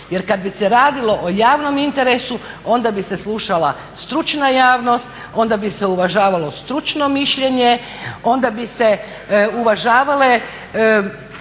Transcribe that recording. Jer kad bi se radilo o javnom interesu onda bi se slušala stručna javnost, onda bi se uvažavalo stručno mišljenje, onda bi se uvažavala